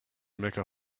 mecca